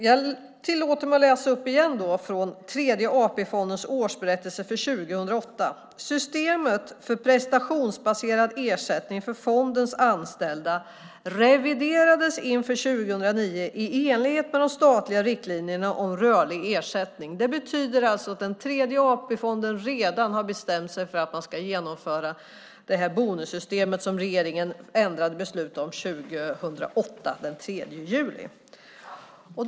Jag tillåter mig att igen läsa upp en mening från Tredje AP-fondens årsberättelse för 2008: Systemet för prestationsbaserad ersättning för fondens anställda reviderades inför 2009 i enlighet med de statliga riktlinjerna om rörlig ersättning. Det betyder alltså att Tredje AP-fonden redan har bestämt sig för att man ska genomföra det bonussystem som regeringen ändrade genom beslut den 3 juli 2008.